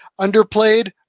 Underplayed